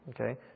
Okay